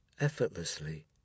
effortlessly